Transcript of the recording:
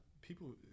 people